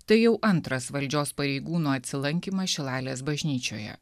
tai jau antras valdžios pareigūnų atsilankymas šilalės bažnyčioje